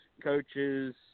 coaches –